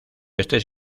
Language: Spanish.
este